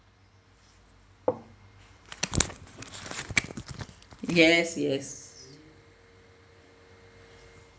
yes yes